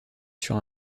sur